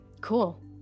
cool